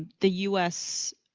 the us